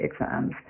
exams